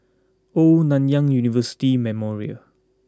Old Nanyang University Memorial